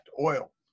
oil